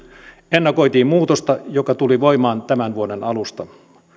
ennakoitiin muutosta joka tuli voimaan tämän vuoden alusta